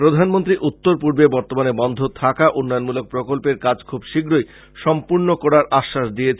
প্রধানমন্ত্রী উত্তর পূর্বে বর্তমানে বন্ধ হয়ে থাকা উন্নয়নমূলক প্রকল্পের কাজ খুব শীঘ্রই সম্পূর্ণ করার আশ্বাস দিয়েছেন